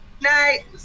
Night